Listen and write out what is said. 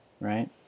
right